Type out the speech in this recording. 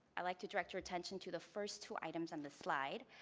i like to direct your attention to the first two items on the slide.